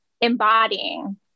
embodying